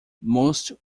most